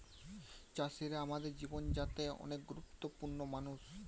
চাষিরা আমাদের জীবন যাত্রায় অনেক গুরুত্বপূর্ণ মানুষ